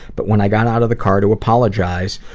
but when i got out of the car to apologize,